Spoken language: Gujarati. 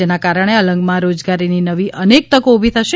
જેના કારણે અલંગમાં રોજગારીની નવી અનેક તકો ઉભી થશે